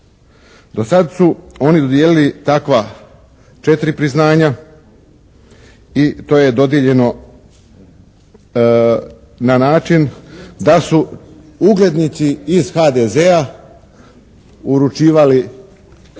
Do sad su oni dodijelili takva četiri priznanja i to je dodijeljeno na način da su uglednici iz HDZ-a uručivali